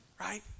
Right